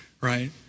right